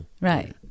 Right